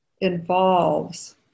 involves